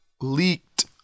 leaked